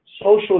social